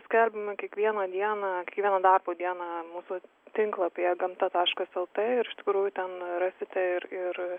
skelbiame kiekvieną dieną kiekvieną darbo dieną mūsų tinklapyje gamta taškas lt ir iš tikrųjų ten rasite ir ir